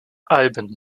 alben